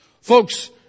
folks